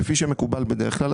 כפי שמקובל בדרך כלל,